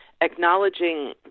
acknowledging